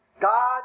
God